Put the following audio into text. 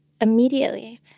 immediately